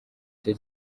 cye